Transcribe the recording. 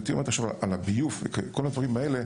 אם את שואלת על הביוב וכל הדברים האלה,